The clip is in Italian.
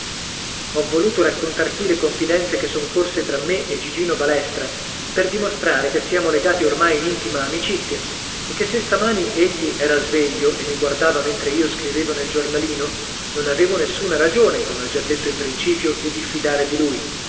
ho voluto raccontar qui le confidenze che son corse tra me e gigino balestra per dimostrare che siamo legati ormai in intima amicizia e che se stamani egli era sveglio e mi guardava mentre io scrivevo nel giornalino non avevo nessuna ragione come ho già detto in principio di diffidare di lui